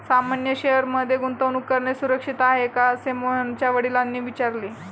सामान्य शेअर मध्ये गुंतवणूक करणे सुरक्षित आहे का, असे मोहनच्या वडिलांनी विचारले